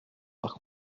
par